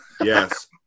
yes